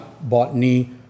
botany